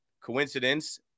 Coincidence